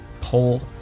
pull